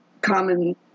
common